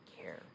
care